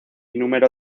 número